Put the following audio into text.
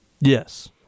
Yes